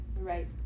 right